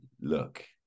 look